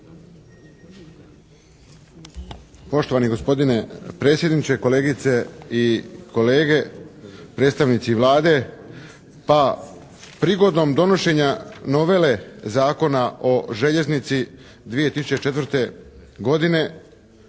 Poštovani gospodine predsjedniče, kolegice i kolege, predstavnici Vlade. Pa prigodom donošenja novele Zakona o željeznici 2004. godine,